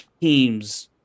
teams